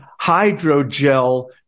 hydrogel